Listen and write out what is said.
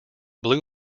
blue